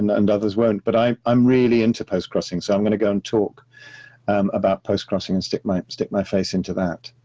and and others won't, but i'm i'm really into postcrossing. so i'm going to go and talk um about postcrossing, and stick my stick my face into that.